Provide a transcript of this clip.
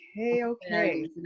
okay